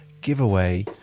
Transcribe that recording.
giveaway